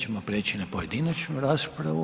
ćemo prijeći na pojedinačnu raspravu.